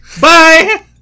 Bye